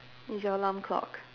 is your alarm clock